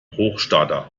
hochstarter